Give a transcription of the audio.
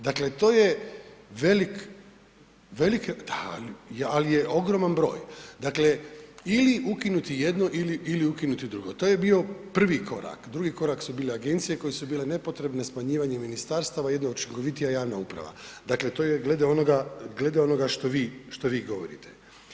Dakle, to je velik, velik, al je ogroman broj, dakle, ili ukinuti jedno ili ukinuti drugo, to je bio prvi korak, drugi korak su bile agencije koje su bile nepotrebne smanjivanjem ministarstava, jedna od učinkovitija javna uprava, dakle, to je glede onoga što vi govorite.